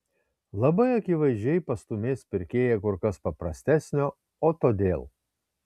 labai akivaizdžiai pastūmės pirkėją kur kas paprastesnio o todėl